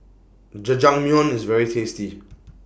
Jajangmyeon IS very tasty